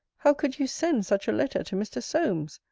how could you send such a letter to mr. solmes?